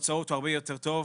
והתוצאות הרבה יותר טובות.